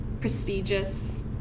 prestigious